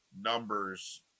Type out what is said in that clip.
numbers